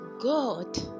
God